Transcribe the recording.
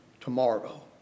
tomorrow